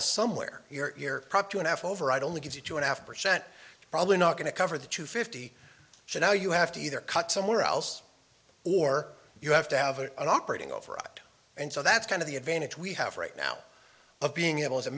of somewhere your prop two and half override only gives you two and a half percent probably not going to cover the two fifty so now you have to either cut somewhere else or you have to have it on operating off or out and so that's kind of the advantage we have right now of being able